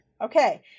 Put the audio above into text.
Okay